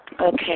Okay